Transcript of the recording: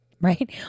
right